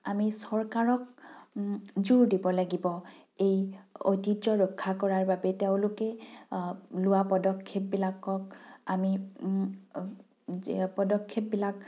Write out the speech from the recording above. আমি চৰকাৰক জোৰ দিব লাগিব এই ঐতিহ্য ৰক্ষা কৰাৰ বাবে তেওঁলোকে লোৱা পদক্ষেপবিলাকক আমি পদক্ষেপবিলাক